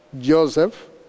Joseph